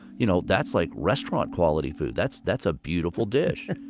you know that's like restaurant-quality food. that's that's a beautiful dish.